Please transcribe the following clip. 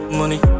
money